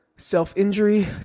Self-injury